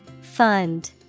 Fund